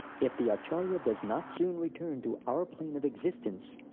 if the acharya does not soon return to our plane of existence,